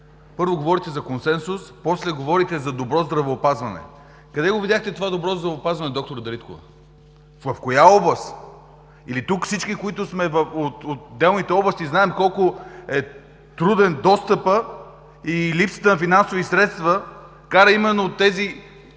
Първо, говорите за консенсус, после говорите за добро здравеопазване. Къде видяхте това добро здравеопазване, д-р Дариткова? В коя област? Тук всички, които сме от отделните области, знаем колко е труден достъпът. Именно липсата на финансови средства кара тези